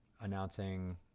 announcing